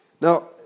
Now